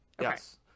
Yes